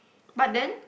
but then